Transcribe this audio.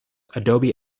adobe